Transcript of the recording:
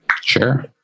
Sure